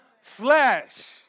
flesh